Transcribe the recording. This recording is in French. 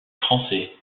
français